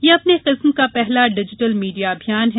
यह अपने किस्म का पहला डिजीटल मीडिया अभियान है